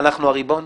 אנחנו הריבון,